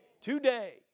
Today